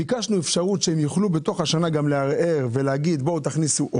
ביקשנו לתת להם אפשרות בתוך השנה לערער ולהכניס עוד,